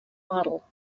model